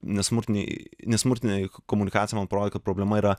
nesmurtinėj nesmurtinėj komunikacija man parodė kad problema yra